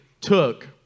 took